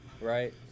right